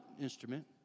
instrument